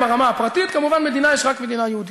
לברכה, דגל בה,